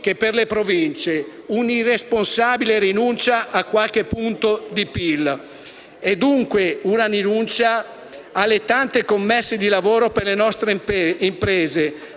che per le Province. Si tratta di un'irresponsabile rinuncia a qualche punto di PIL e, dunque, una rinuncia a tante commesse di lavoro per le nostre imprese,